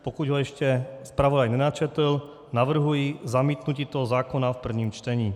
Pokud ho ještě zpravodaj nenačetl, navrhuji zamítnutí tohoto zákona v prvním čtení.